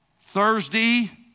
Thursday